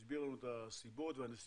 הוא הסביר לנו את הסיבות והנסיבות,